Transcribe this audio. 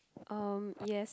uh yes